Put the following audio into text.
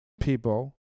people